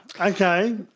Okay